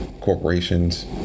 corporations